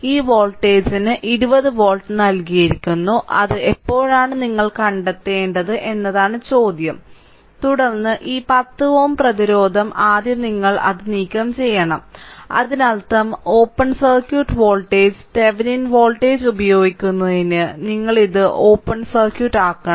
ഈ വോൾട്ടേജിന് 20 വോൾട്ട് നൽകിയിരിക്കുന്നു അത് എപ്പോഴാണ് നിങ്ങൾ കണ്ടെത്തേണ്ടത് എന്നതാണ് ചോദ്യം തുടർന്ന് ഈ 10 Ω പ്രതിരോധം ആദ്യം നിങ്ങൾ അത് നീക്കംചെയ്യണം അതിനർത്ഥം open circuit voltage Thevenin voltage ഉപയോഗിക്കുന്നതിന് നിങ്ങൾ ഇത് ഓപ്പൺ സർക്യൂട്ട് ആക്കണം